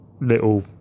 little